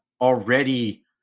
already